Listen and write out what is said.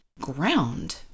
ground